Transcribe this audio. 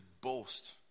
boast